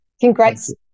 Congrats